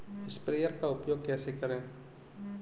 Sprayer का उपयोग कैसे करें?